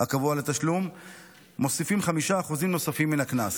הקבוע לתשלום מוסיפים 5% נוספים מן הקנס.